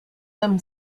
them